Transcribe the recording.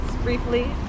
briefly